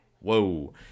Whoa